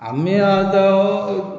आमी आतां